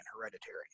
hereditary